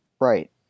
Right